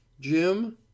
Jim